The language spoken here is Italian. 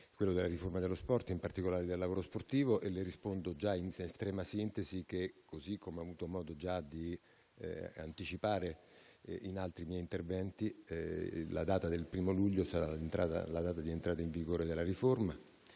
quello della riforma dello sport, in particolare del lavoro sportivo. Rispondo già in estrema sintesi che, così come ho già avuto modo di anticipare in altri miei interventi, la data del primo luglio sarà quella di entrata in vigore della riforma,